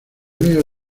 veo